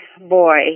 boy